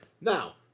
Now